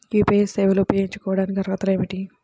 UPI సేవలు ఉపయోగించుకోటానికి అర్హతలు ఏమిటీ?